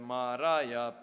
Maraya